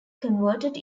converted